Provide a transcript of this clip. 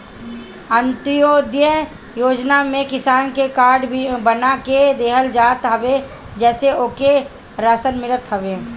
अन्त्योदय योजना में किसान के कार्ड बना के देहल जात हवे जेसे ओके राशन मिलत हवे